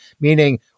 meaning